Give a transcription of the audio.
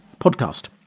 podcast